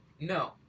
no